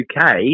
uk